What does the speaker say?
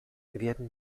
werden